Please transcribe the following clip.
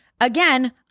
again